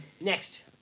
Next